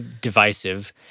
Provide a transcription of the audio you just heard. divisive